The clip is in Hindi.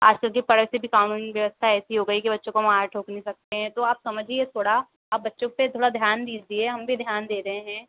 आज कल के भी कानूनी व्यवस्था ऐसी हो गई कि बच्चों को मार ठोक नहीं सकते हैं तो आप समझिए थोड़ा आप बच्चों पर थोड़ा ध्यान दीजिए हम भी ध्यान दे रहे हें